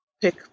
Pick